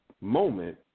moment